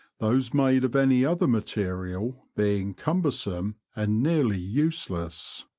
those made of any other material being cumbersome and nearly useless.